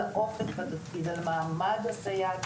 על האופק בתפקיד ועל מעמד הסייעת,